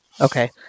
Okay